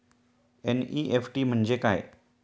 NEFT म्हणजे काय?